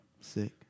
Sick